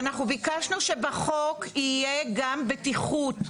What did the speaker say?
ואנחנו ביקשנו שבחוק יהיה גם בטיחות,